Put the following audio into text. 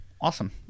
awesome